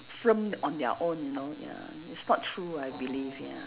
film on their own you know ya it's not true I believe ya